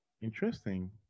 Interesting